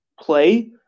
play